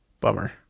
bummer